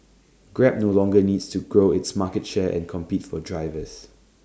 grab no longer needs to grow its market share and compete for drivers